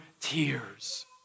tears